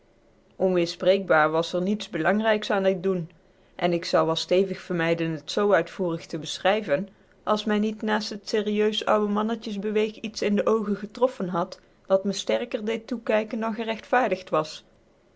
onweerspreekbaar was r niets belangrijks aan dit doen en ik zou wel stevig vermijden t zoo uitvoerig te beschrijven als mij niet naast het serieus ouwe mannetjes beweeg iets in de oogen getroffen had dat me sterker deed toekijken dan gerechtvaardigd was